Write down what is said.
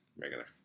regular